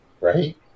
right